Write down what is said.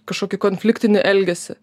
kažkokį konfliktinį elgesį